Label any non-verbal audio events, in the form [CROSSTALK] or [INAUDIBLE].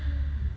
[BREATH]